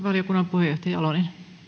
puheenjohtaja jalonen